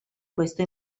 questo